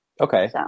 Okay